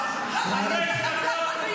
למה אסור?